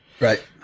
Right